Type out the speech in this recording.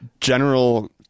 general